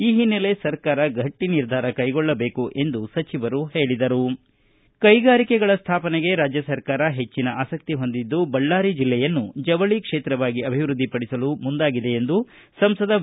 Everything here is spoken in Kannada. ಈ ಹಿನ್ನೆಲೆ ಸರ್ಕಾರ ಗಟ್ಟಿ ನಿರ್ಧಾರ ಕೈಗೊಳ್ಳಬೇಕು ಎಂದು ಹೇಳಿದರು ಕೈಗಾರಿಕೆಗಳ ಸ್ಥಾಪನೆಗೆ ರಾಜ್ಯ ಸರ್ಕಾರ ಹೆಚ್ಚಿನ ಆಸಕ್ತಿ ಹೊಂದಿದ್ದು ಬಳ್ಳಾರಿ ಜೆಲ್ಲೆಯನ್ನು ಜವಳ ಕ್ಷೇತ್ರವಾಗಿ ಅಭಿವೃದ್ಧಿ ಪಡಿಸಲು ಮುಂದಾಗಿದೆ ಎಂದು ಸಂಸದ ವಿ